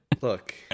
Look